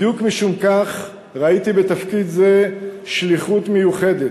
בדיוק משום כך ראיתי בתפקיד זה שליחות מיוחדת,